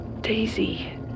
Daisy